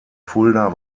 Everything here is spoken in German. fulda